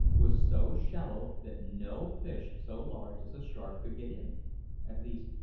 was so shallow that no fish so large as a shark could get in at least,